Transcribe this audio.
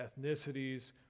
ethnicities